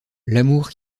l’amour